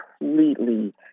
completely